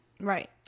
right